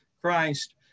Christ